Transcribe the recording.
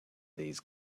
these